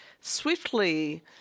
swiftly